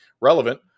relevant